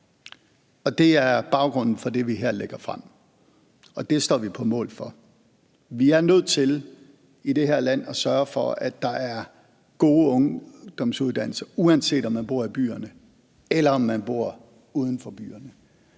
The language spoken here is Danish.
Det er baggrunden for det, vi her lægger frem, og det står vi på mål for. Vi er nødt til i det her land at sørge for, at der er gode ungdomsuddannelser, uanset om man bor i byerne, eller om man bor uden for byerne.